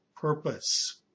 purpose